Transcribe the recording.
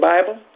Bible